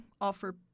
offer